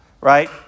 right